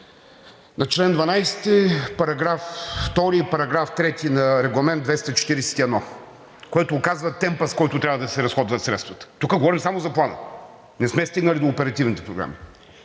на чл. 12, § 2 и § 3 на Регламент 241, който указва темпа, с който трябва да се разходват средствата. Тук говорим само за Плана, не сме стигнали до оперативните програми.